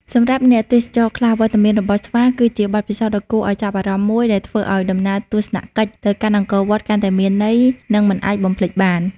សម្រាប់អ្នកទេសចរខ្លះ វត្តមានរបស់ស្វាគឺជាបទពិសោធន៍ដ៏គួរឱ្យចាប់អារម្មណ៍មួយដែលធ្វើឱ្យដំណើរទស្សនកិច្ចទៅកាន់អង្គរវត្តកាន់តែមានន័យ និងមិនអាចបំភ្លេចបាន។